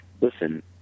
listen